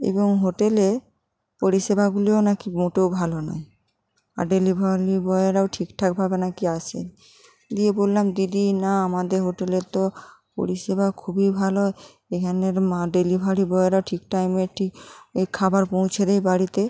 এবং হোটেলে পরিষেবাগুলিও নাকি মোটেও ভালো নয় আর ডেলিভারি বয়েরাও ঠিকঠাকভাবে নাকি আসে গিয়ে বললাম দিদি না আমাদের হোটেলের তো পরিষেবা খুবই ভালো এখানের মা ডেলিভারি বয়েরা ঠিক টাইমে ঠিক এ খাবার পৌঁছে দেয় বাড়িতে